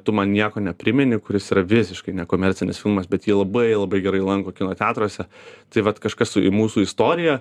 tu man nieko neprimeni kuris yra visiškai nekomercinis filmas bet jį labai labai gerai lanko kino teatruose tai vat kažkas su i mūsų istorija